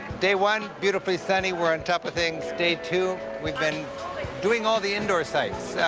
day one beautifully sunny. we're on top of things. day two we've been doing all the indoor sites.